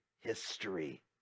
history